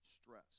stress